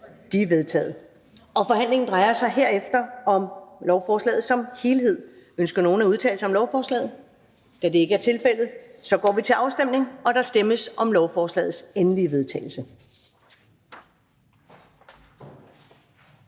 Ellemann): Forhandlingen drejer sig herefter om lovforslaget som helhed. Ønsker nogen at udtale sig om lovforslaget? Da det ikke er tilfældet, går vi til afstemning. Kl. 13:13 Afstemning Første